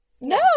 No